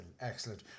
excellent